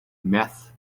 meth